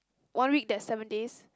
one week there is seven days